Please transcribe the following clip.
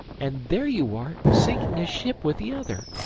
and there you are sinking a ship with the other.